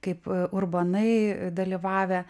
kaip urbonai dalyvavę